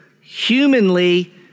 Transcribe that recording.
humanly